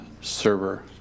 server